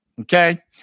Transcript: okay